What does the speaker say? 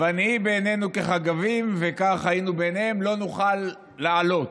"וַנְּהִי בעינינוּ כַּחֲגָבִים וכן היינו בְּעֵינֵיהֶם" לא נוכל לעלות.